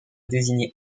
désigné